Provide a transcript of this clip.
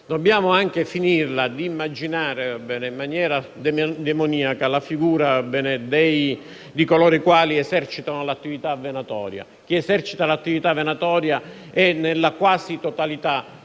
dobbiamo finirla di immaginare in maniera demoniaca la figura di quanti esercitano l'attività venatoria. Chi esercita l'attività venatoria, infatti, è nella quasi totalità